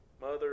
Mother